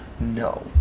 No